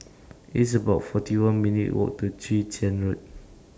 It's about forty one minutes' Walk to Chwee Chian Road